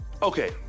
Okay